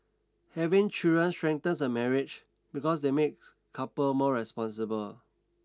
having children strengthens a marriage because they make couples more responsible